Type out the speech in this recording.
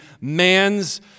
man's